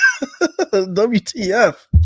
WTF